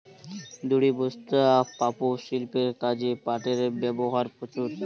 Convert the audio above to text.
দড়ি, বস্তা, পাপোষ, শিল্পের কাজে পাটের ব্যবহার প্রচুর